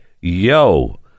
yo